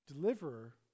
Deliverer